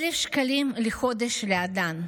1,000 שקלים לחודש לאדם.